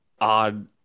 odd